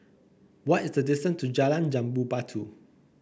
what is the distance to Jalan Jambu Batu